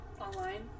Online